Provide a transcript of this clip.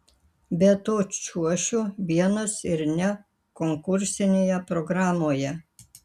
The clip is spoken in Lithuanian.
be to čiuošiu vienas ir ne konkursinėje programoje